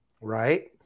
right